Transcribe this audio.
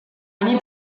ani